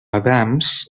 adams